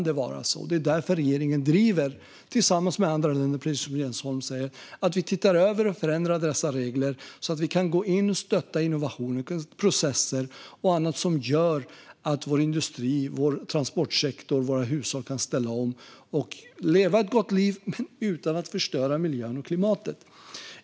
Det är därför regeringen driver frågan tillsammans med andra länder, precis som Jens Holm säger, att vi tittar över och förändrar dessa regler så att vi kan gå in och stötta innovationer och processer och annat som gör att vår industri, vår transportsektor och våra hushåll kan ställa om och leva ett gott liv utan att förstöra miljön och klimatet.